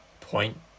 point